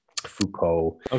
Foucault